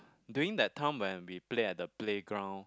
during that time when we play at the playground